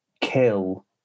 kill